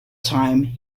time